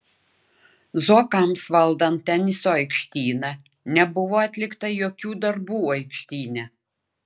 zuokams valdant teniso aikštyną nebuvo atlikta jokių darbų aikštyne